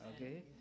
okay